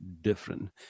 different